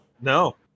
no